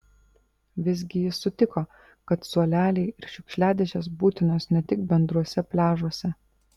vis gi jis sutiko kad suoleliai ir šiukšliadėžės būtinos ne tik bendruose pliažuose